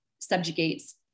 subjugates